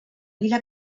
vila